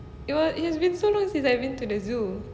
it was it's been so long since I been to the zoo